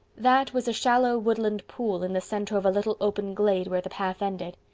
that was a shallow woodland pool in the center of a little open glade where the path ended.